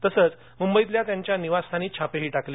तसंच मुंबईतल्या त्यांच्या निवासस्थानी छापेही टाकले